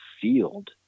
field